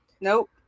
Nope